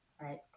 right